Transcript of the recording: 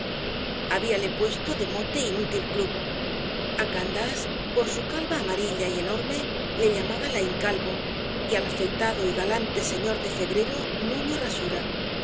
habíale puesto de mote inútil club á candás por su calva amarilla y enorme le llamaba laín calvo y al afeitado y galante señor de febrero nuño rasura